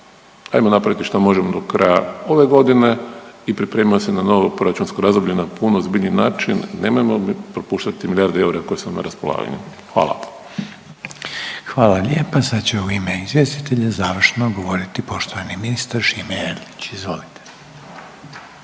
hajmo napraviti što možemo do kraja ove godine i pripremimo se na novo proračunsko razdoblje na puno ozbiljniji način. Nemojmo propuštati milijarde eura koje su na raspolaganju. Hvala. **Reiner, Željko (HDZ)** Hvala lijepa. Sad će u ime izvjestitelja završno govoriti poštovani ministar Šime Erlić. Izvolite.